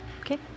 Okay